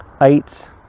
eight